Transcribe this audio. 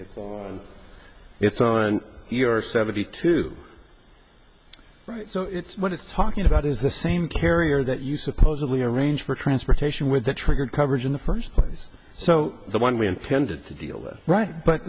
let's see it's on your seventy two right so it's what it's talking about is the same carrier that you supposedly arrange for transportation with that triggered coverage in the first place so the one we intended to deal with right but